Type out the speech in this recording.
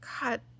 God